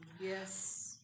Yes